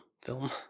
film